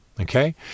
Okay